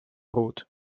rood